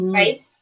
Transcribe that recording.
right